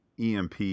EMP